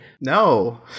No